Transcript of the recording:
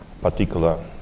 particular